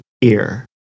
ear